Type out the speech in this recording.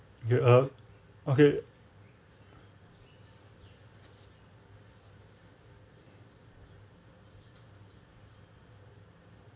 ya ah okay